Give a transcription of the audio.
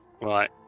Right